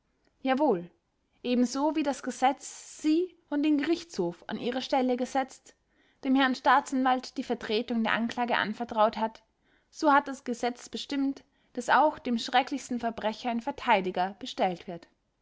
jawohl ebenso wie das gesetz sie und den gerichtshof an ihre stelle gesetzt dem herrn staatsanwalt die vertretung der anklage anvertraut hat so hat das gesetz bestimmt daß auch dem schrecklichsten verbrecher ein verteidiger bestellt wird